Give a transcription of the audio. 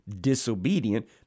disobedient